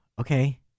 Okay